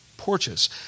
porches